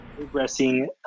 Progressing